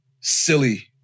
silly